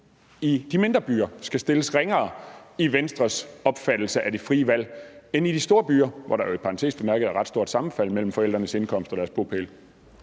i de mindre byer skal stilles ringere efter Venstres opfattelse af det frie valg end dem i de store byer, hvor der jo i parentes bemærket er ret stort sammenfald mellem forældrenes indkomst og deres bopæl.